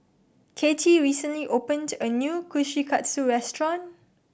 Kathy recently opened a new Kushikatsu restaurant